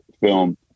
film